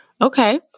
Okay